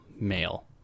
male